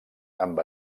amb